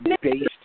based